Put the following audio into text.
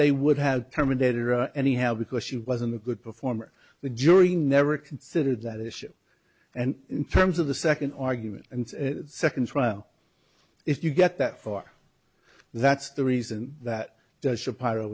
they would have terminated or anyhow because she wasn't a good performer the jury never considered that issue and in terms of the second argument and second trial if you get that far that's the reason that the sh